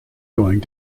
going